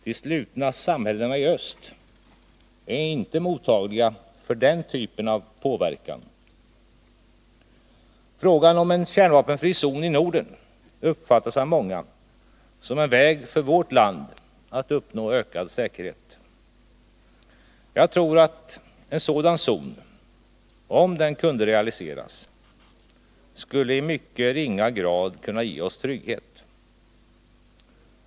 De slutna samhällena i öst är inte mottagliga för den typen av påverkan. Frågan om en kärnvapenfri zon i Norden uppfattas av många som en väg för vårt land att uppnå ökad säkerhet. Jag tror att en sådan zon, om den kunde realiseras, skulle i mycket ringa grad kunna ge oss trygghet.